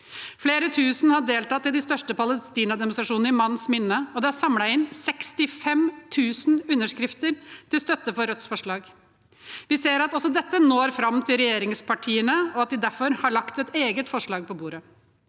Flere tusen har deltatt i de største Palestina-demonstrasjonene i manns minne, og det er samlet inn 65 000 underskrifter til støtte for Rødts forslag. Vi ser også at dette når fram til regjeringspartiene, og at de derfor har lagt et eget forslag på bordet.